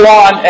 on